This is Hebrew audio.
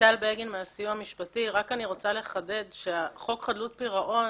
אני רוצה לחדד שחוק חדלות פירעון